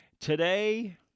Today